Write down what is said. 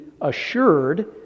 assured